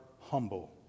humble